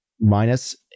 minus